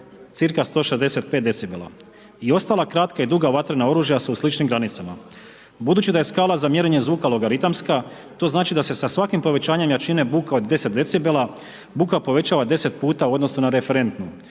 cca 165 decibela i ostala kratka i duga vatrena oružja su u sličnim granicama. Budući da je skala za mjerenje zvuka logaritamska to znači da se sa svakim povećanjem jačine buke od 10 decibela buka povećava 10 puta u odnosu na referentnu.